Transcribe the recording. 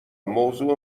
موضوع